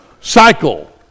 cycle